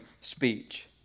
speech